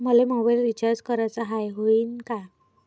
मले mobile recharge कराचा हाय, होईनं का?